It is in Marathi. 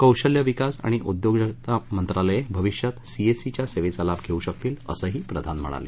कौशल्यविकास आणि उद्योजकना मंत्रालयही भविष्यात सीएससीच्या सेवेच्या लाभ घेऊ शकतील असं प्रधान यावेळी म्हणाले